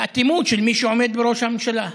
האטימות של מי שעומד בראש הממשלה,